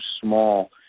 small